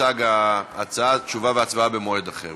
רק תוצג ההצעה, ותשובה והצבעה במועד אחר.